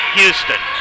Houston